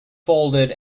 folded